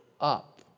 up